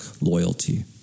loyalty